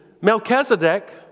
Melchizedek